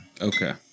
Okay